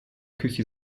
küche